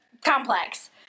complex